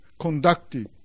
conducted